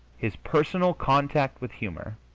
his personal contact with humor